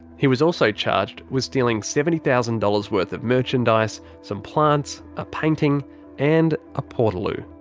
he was also charged with stealing seventy thousand dollars worth of merchandise, some plants, a painting and a portaloo.